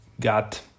got